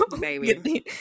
Baby